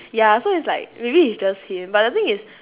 ya so it's like maybe it's just him but the thing is